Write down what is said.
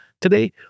Today